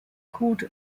called